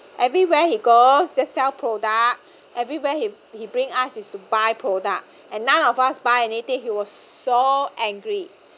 everywhere he goes just sell product everywhere he he bring us is to buy product and none of us buy anything he was so angry